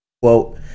Quote